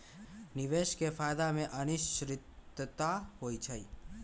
निवेश में फायदा के अनिश्चितता होइ छइ